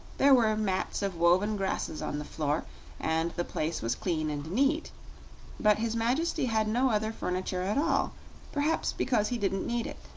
there were mats of woven grasses on the floor and the place was clean and neat but his majesty had no other furniture at all perhaps because he didn't need it.